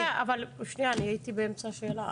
אין בעיה, אבל הייתי באמצע שאלה.